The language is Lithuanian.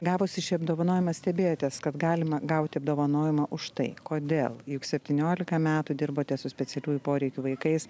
gavusi šį apdovanojimą stebėjotės kad galima gaut apdovanojimą už tai kodėl juk septyniolika metų dirbote su specialiųjų poreikių vaikais